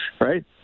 right